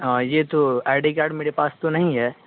ہاں یہ تو آئی ڈی کارڈ میرے پاس تو نہیں ہے